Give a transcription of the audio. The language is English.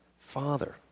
Father